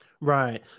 Right